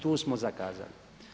Tu smo zakazali.